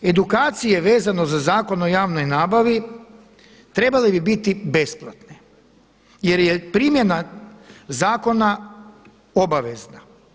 Edukacije vezano za Zakon o javnoj nabavi trebale bi biti besplatne, jer je primjena zakona obavezna.